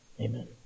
Amen